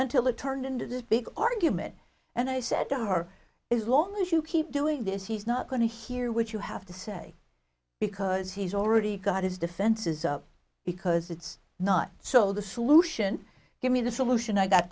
until it turned into this big argument and i said to her is long as you keep doing this he's not going to hear what you have to say because he's already got his defenses up because it's not so the solution give me the solution i got